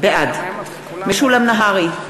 בעד משולם נהרי,